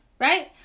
right